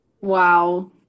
Wow